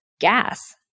gas